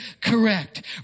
correct